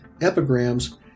epigrams